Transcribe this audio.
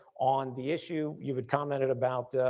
on the issue you had commented about